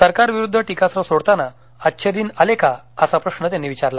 सरकार विरुद्ध टीकास्त्र सोडताना अच्छे दिन आले का असा प्रश्न त्यांनी विचारला